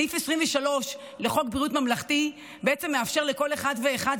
סעיף 23 לחוק בריאות ממלכתי בעצם מאפשר לכל אחד ואחד